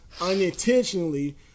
unintentionally